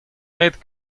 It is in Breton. aet